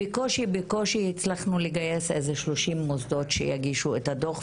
בקושי הצלחנו לגייס 30 מוסדות שיגישו את הדוח,